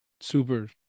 Super